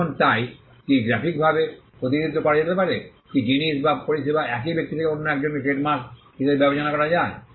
এখন তাই কী গ্রাফিকভাবে প্রতিনিধিত্ব করা যেতে পারে কি জিনিস এবং পরিষেবা এক ব্যক্তি থেকে অন্য একজনকে ট্রেডমার্ক হিসাবে বিবেচনা করা যায়